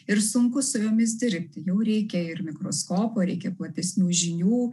ir sunku su jomis dirbti jau reikia ir mikroskopo reikia platesnių žinių